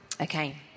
Okay